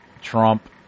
Trump